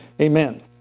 Amen